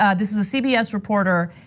um this is a cbs reporter,